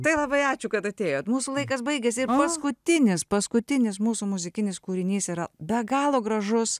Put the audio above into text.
tai labai ačiū kad atėjot mūsų laikas baigėsi ir paskutinis paskutinis mūsų muzikinis kūrinys yra be galo gražus